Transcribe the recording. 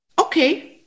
okay